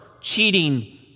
cheating